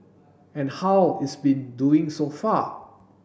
and how is been doing so far